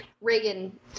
Reagan